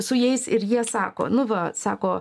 su jais ir jie sako nu va sako